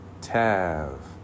Tav